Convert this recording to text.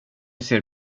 ser